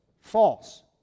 False